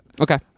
Okay